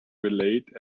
relate